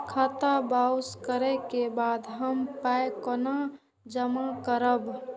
खाता बाउंस करै के बाद हम पाय कोना जमा करबै?